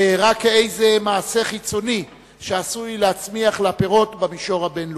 רק כאיזה מעשה חיצוני שעשוי להצמיח לה פירות במישור הבין-לאומי.